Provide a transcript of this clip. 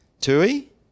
Tui